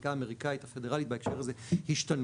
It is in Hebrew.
החקיקה האמריקאית הפדרלית בהקשר הזה השתנו.